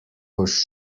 boš